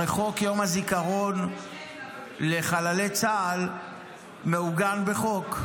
הרי חוק יום הזיכרון לחללי צה"ל מעוגן בחוק,